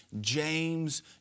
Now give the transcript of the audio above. James